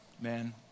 man